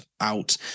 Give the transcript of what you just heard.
out